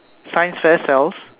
science fair sells